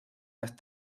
las